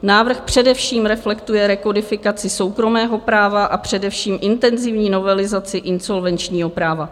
Návrh především reflektuje rekodifikaci soukromého práva, a především intenzivní novelizaci insolvenčního práva.